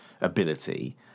ability